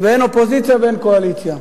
ואין אופוזיציה ואין קואליציה.